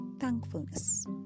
thankfulness